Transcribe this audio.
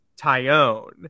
Tyone